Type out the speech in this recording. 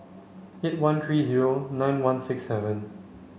eight one three zero nine one six seven